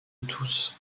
tous